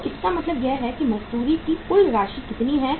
तो इसका मतलब यह है कि मजदूरी की कुल राशि कितनी है